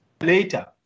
later